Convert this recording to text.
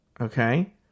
okay